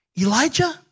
Elijah